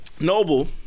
Noble